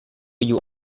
you